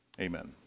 Amen